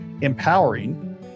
empowering